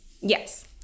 Yes